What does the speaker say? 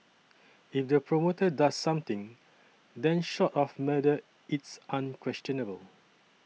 in the promoter does something then short of murder it's unquestionable